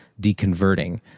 deconverting